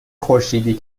خورشیدی